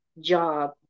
job